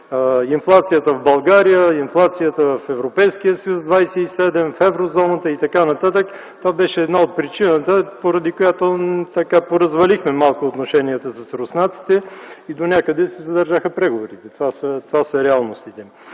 инфлацията в България, инфлацията в Европейския съюз - 27, в Еврозоната и така нататък. Това беше една от причините, поради която поразвалихме малко отношенията с руснаците и донякъде се задържаха преговорите. Това са реалностите.